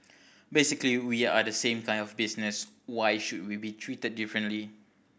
basically we are the same kind of business why should we be treated differently